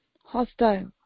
hostile